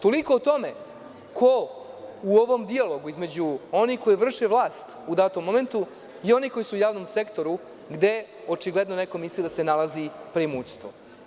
Toliko o ovom dijalogu, između onih koji vrše vlast u datom momentu i onih koji su u javnom sektoru, gde očigledno neko misli da se nalazi u preimućstvu.